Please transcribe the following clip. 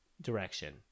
direction